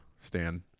Stan